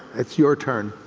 it's your turn.